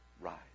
rise